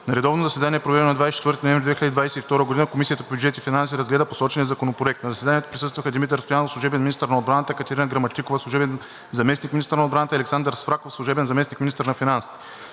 На редовно заседание, проведено на 24 ноември 2022 г., Комисията по бюджет и финанси разгледа посочения законопроект. На заседанието присъстваха Димитър Стоянов – служебен министър на отбраната, Катерина Граматикова – служебен заместник-министър на отбраната, и Александър Свраков – служебен заместник-министър